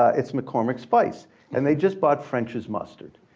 it's mccormick spice and they'd just bought french's mustard.